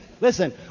Listen